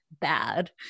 bad